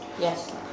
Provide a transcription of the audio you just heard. Yes